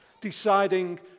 Deciding